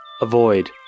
Avoid